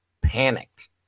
panicked